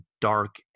dark